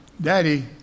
Daddy